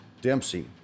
Dempsey